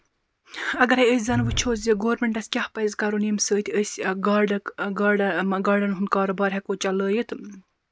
اَگرٕے أسۍ زَن وُچھو زِ گورمینٛٹَس کیٛاہ پَزِ کَرُن ییٚمہِ سۭتۍ أسۍ گاڈَک گاڈٕ أمہٕ گاڈین ہُنٛد کاروبار ہیٚکَو چَلٲوِتھ